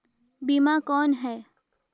बीमा कौन है?